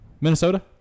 Minnesota